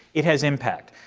it has impact.